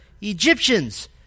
egyptians